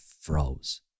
froze